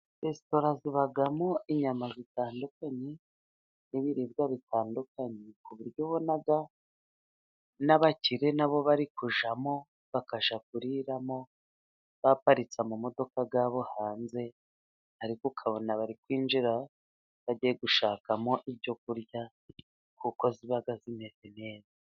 Resitora zibamo inyama zitandukanye n'ibiribwa bitandukanye, ku buryo ubona n'abakire na bo bari kujyamo bakasha kuriramo, baparitse amamodoka yabo hanze, ariko ukabona bari kwinjira bagiye gushakamo ibyo kurya kuko ziba zimeze neza.